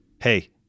hey